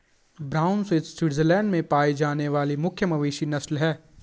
brown swiss Switzerland में पाई जाने वाली मुख्य मवेशी नस्ल है